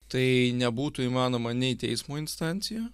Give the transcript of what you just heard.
tai nebūtų įmanoma nei teismo instancija